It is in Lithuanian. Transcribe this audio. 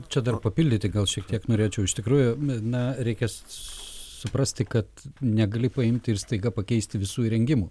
čia dėl papildyti gal šiek tiek norėčiau iš tikrųjų mi na reikės suprasti kad negali paimti ir staiga pakeisti visų įrengimų